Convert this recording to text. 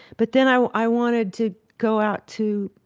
but then i i wanted to go out to,